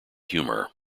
humour